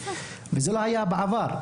זה לא היה בעבר.